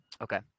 Okay